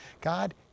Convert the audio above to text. God